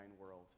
world